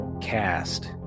cast